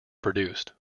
produced